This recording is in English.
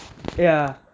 ya